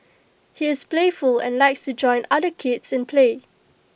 he is playful and likes to join other kids in play